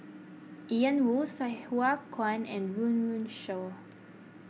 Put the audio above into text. Ian Woo Sai Hua Kuan and Run Run Shaw